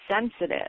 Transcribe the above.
sensitive